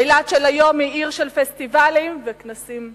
אילת של היום היא עיר של פסטיבלים וכנסים בין-לאומיים.